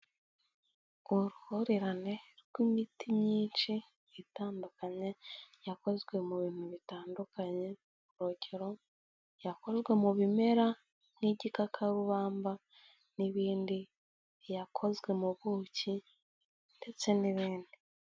Uruhurirane rw'imiti myinshi itandukanye yakozwe mu bintu bitandukanye urugero, iyakorwa mu bimera nk'igikakarubamba n'ibindi, iyakozwe mu buki ndetse n'ibindi.